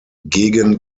gegen